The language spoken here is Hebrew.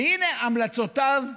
והינה המלצותיו המרכזיות,